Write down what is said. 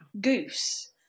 goose